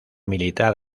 militar